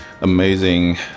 amazing